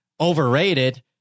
overrated